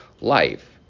life